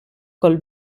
col